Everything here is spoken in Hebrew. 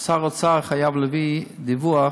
שר האוצר חייב להביא דיווח